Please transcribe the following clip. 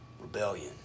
rebellion